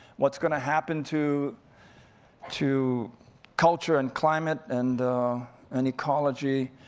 what's gonna happen to to culture, and climate, and and ecology.